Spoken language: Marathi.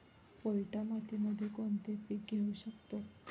पोयटा मातीमध्ये कोणते पीक घेऊ शकतो?